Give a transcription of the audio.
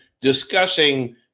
discussing